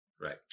Right